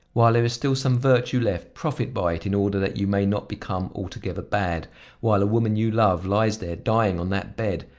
while there is still some virtue left, profit by it in order that you may not become altogether bad while a woman you love lies there dying on that bed,